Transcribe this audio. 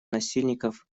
насильников